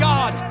God